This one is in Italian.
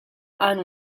hanno